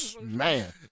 Man